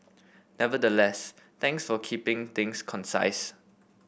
nevertheless thanks for keeping things concise